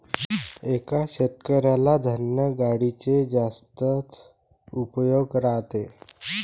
एका शेतकऱ्याला धान्य गाडीचे जास्तच उपयोग राहते